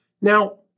Now